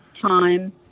time